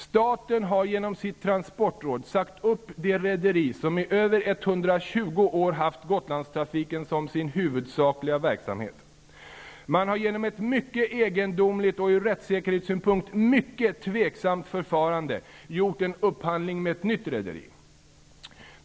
Staten har genom sitt transportråd sagt upp det rederi som i över 120 år haft Gotlandstrafiken som sin huvudsakliga verksamhet. Man har genom ett mycket egendomligt och ur rättssäkerhetssynpunkt mycket tvivelaktigt förfarande gjort en upphandling med ett nytt rederi.